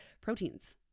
proteins